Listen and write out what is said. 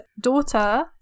daughter